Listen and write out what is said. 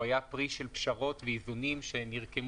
הוא היה פרי של פשרות ואיזונים שנרקמו